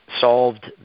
solved